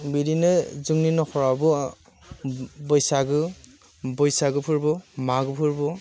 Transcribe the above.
बिदिनो जोंनि नख'रावबो बैसागो बैसागो फोरबो मागो फोरबो